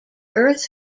earth